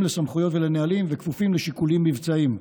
לסמכויות ולנהלים וכפופות לשיקולים מבצעיים.